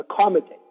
accommodate